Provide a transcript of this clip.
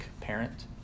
parent